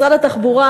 משרד התחבורה,